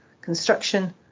construction